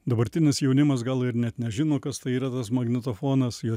dabartinis jaunimas gal ir net nežino kas tai yra tas magnetofonas